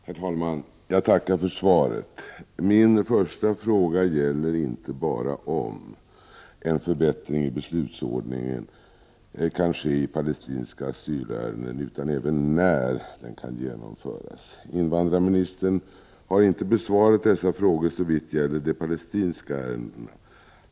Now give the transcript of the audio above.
Herr talman! Jag tackar för svaret. Min första fråga gäller inte bara om en förbättring i beslutsordningen i palestinska asylärenden kan ske, utan även när den kan genomföras. Invandrarministern har inte besvarat dessa frågor såvitt gäller ärenden beträffande palestinier.